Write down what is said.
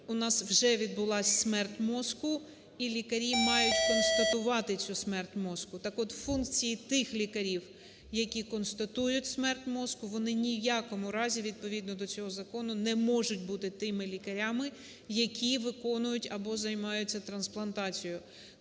У нас вже відбулась смерть мозку і лікарі мають констатувати цю смерть мозку. Так от функції тих лікарів, які констатують смерть мозку, вони ні в якому разі, відповідно до цього закону, не можуть бути тими лікарями, які виконують або займаються трансплантацією.